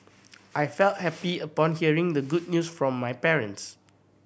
I felt happy upon hearing the good news from my parents